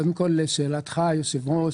קודם כל, לשאלתך היושב ראש